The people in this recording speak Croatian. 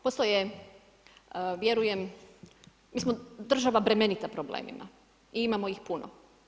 Postoje vjerujem, mi smo država bremenita problemima i imamo ih puno.